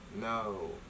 No